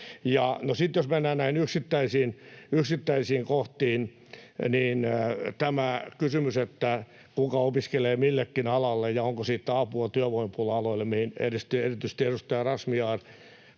jos mennään näihin yksittäisiin kohtiin, on tämä kysymys, kuka opiskelee millekin alalle ja onko siitä apua työvoimapula-aloille, minkä erityisesti edustaja Razmyar